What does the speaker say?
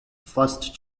first